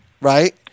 right